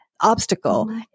obstacle